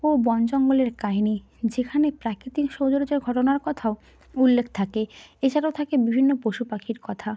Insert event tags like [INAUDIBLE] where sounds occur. ও বন জঙ্গলের কাহিনি যেখানে প্রাকৃতিক [UNINTELLIGIBLE] ঘটনার কথাও উল্লেখ থাকে এছাড়াও থাকে বিভিন্ন পশু পাখির কথা